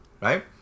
Right